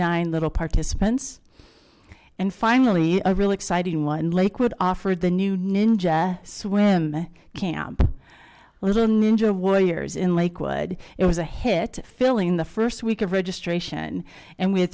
nine little participants and finally a really exciting one lakewood offered the new ninja swim camp little ninja warriors in lakewood it was a hit filling the first week of registration and w